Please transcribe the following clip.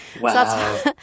Wow